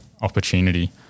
opportunity